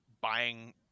buying